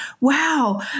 wow